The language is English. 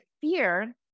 fear